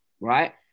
right